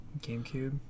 GameCube